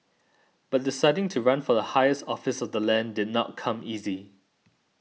but deciding to run for the highest office of the land did not come easy